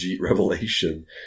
revelation